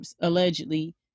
allegedly